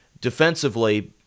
defensively